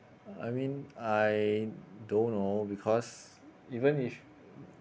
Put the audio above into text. I mean I don't know because even if